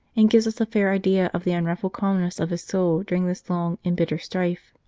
and gives us a fair idea of the unruffled calmness of his soul during this long and bitter strife